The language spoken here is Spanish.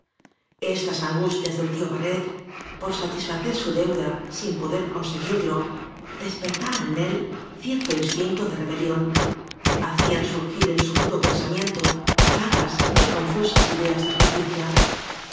estas angustias del tío barret por satisfacer su deuda sin poder conseguirlo despertaban en él cierto instinto de rebelión hacían surgir en su rudo pensamiento vagas y confusas ideas áñ de justicia